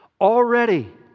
Already